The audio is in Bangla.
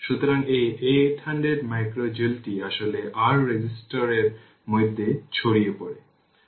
সুতরাং এটি ইনিশিয়াল কন্ডিশন তাই v c eq হবে v C2 0 v C1 0 অর্থাৎ 20 ভোল্ট